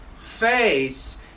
face